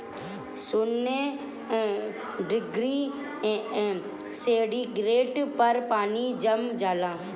शून्य degree centigrade पर पानी जम जाला